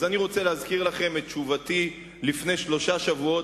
אז אני רוצה להזכיר לכם את תשובתי לפני שלושה שבועות,